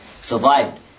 Survived